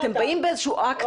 אתם באים באיזה שהוא אקט,